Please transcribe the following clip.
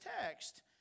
text